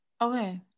Okay